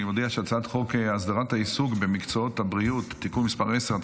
אני מודיע שהצעת חוק הסדרת העיסוק במקצועות הבריאות (תיקון מס' 10),